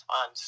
on